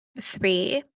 Three